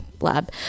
lab